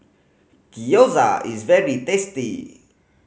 gyoza is very tasty